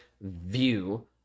view